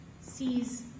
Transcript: sees